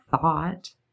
thought